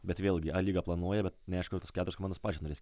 bet vėlgi a lyga planuojama bet neaišku ar tos keturios komandos pačios norės